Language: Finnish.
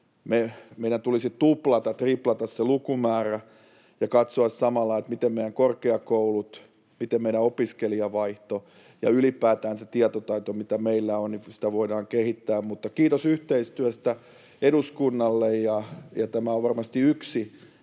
Meidän tulisi tuplata, triplata se lukumäärä ja katsoa samalla, miten meidän korkeakouluja, miten meidän opiskelijavaihtoa ja ylipäätään sitä tietotaitoa, mitä meillä on, voidaan kehittää. Kiitos yhteistyöstä eduskunnalle. Tämä on varmasti yksi